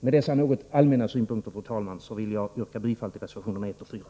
Med dessa något allmänna synpunkter, fru talman, vill jag yrka bifall till reservationerna 1 och 4.